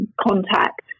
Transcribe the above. contact